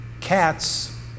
Cats